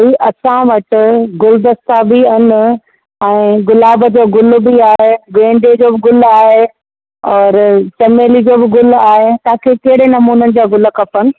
भाई असां वटि गुलदस्ता बि आहिनि ऐं गुलाब जो गुल बि आहे गेंदे जो बि गुल आहे और चमेली जो बि गुल आहे तव्हां खे कहिड़े नमूने जा गुल खपनि